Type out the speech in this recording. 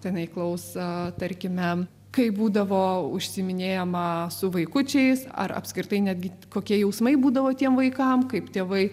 tai jinai klaus tarkime kaip būdavo užsiiminėjama su vaikučiais ar apskritai netgi kokie jausmai būdavo tiem vaikam kaip tėvai